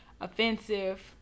offensive